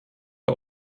der